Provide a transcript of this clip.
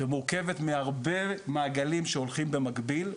שמורכבת מהרבה גלים שהולכים במקביל,